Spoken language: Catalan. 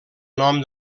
nom